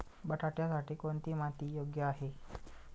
बटाट्यासाठी कोणती माती योग्य आहे?